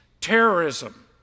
terrorism